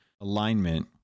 alignment